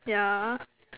yeah